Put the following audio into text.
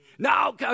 No